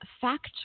fact